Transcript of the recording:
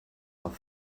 auf